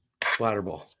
Splatterball